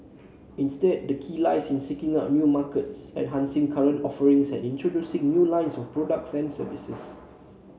instead the key lies in seeking out new markets enhancing current offerings and introducing new lines of products and services